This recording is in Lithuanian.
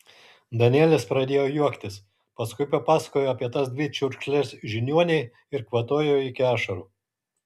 danielis pradėjo juoktis paskui pasakojo apie tas dvi čiurkšles žiniuonei ir kvatojo iki ašarų